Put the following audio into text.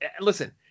listen